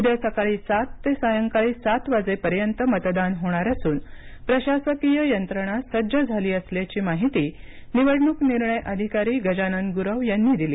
उद्या सकाळी सात ते सायंकाळी सात वाजेपर्यंत मतदान होणार असून प्रशासकीय यंत्रणा सज्ज झाली असल्याची माहिती निवडणूक निर्णय अधिकारी गजानन गुरव यांनी दिली